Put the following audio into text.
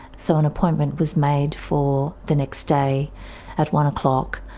so an appointment was made for the next day at one o'clock